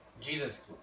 Jesus